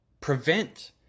prevent